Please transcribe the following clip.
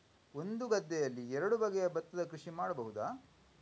ಒಂದು ಗದ್ದೆಯಲ್ಲಿ ಎರಡು ಬಗೆಯ ಭತ್ತದ ಕೃಷಿ ಮಾಡಬಹುದಾ?